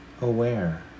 aware